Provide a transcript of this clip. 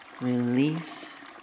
Release